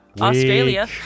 Australia